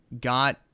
got